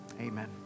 amen